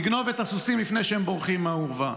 לגנוב את הסוסים לפני שהם בורחים מהאורווה.